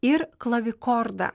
ir klavikordą